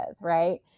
right